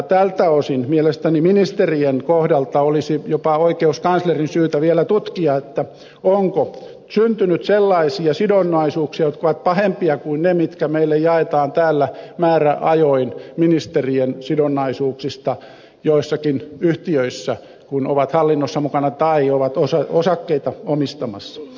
tältä osin mielestäni ministerien kohdalta olisi jopa oikeuskanslerin syytä vielä tutkia onko syntynyt sellaisia sidonnaisuuksia jotka ovat pahempia kuin ne ministerien sidonnaisuudet joissakin yhtiöissä mistä meille jaetaan täällä määräajoin tietoa kun ministerit ovat hallinnossa mukana tai ovat osakkeita omistamassa